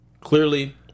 Clearly